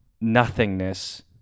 nothingness